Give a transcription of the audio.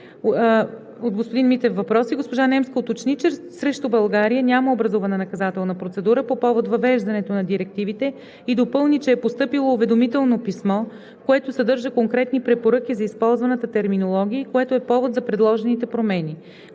от господин Митев въпроси госпожа Немска уточни, че срещу България няма образувана наказателна процедура по повод въвеждането на директивите и допълни, че е постъпило уведомително писмо, което съдържа конкретни препоръки за използваната терминология и което е повод за предложените промени.